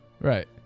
Right